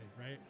right